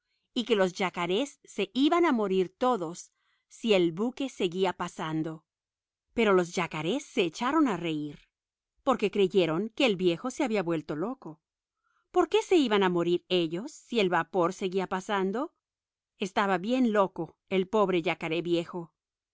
y que los yacarés se iban a morir todos si el buque seguía pasando pero los yacarés se echaron a reír porque creyeron que el viejo se había vuelto loco por qué se iban a morir ellos si el vapor seguía pasando estaba bien loco el pobre yacaré viejo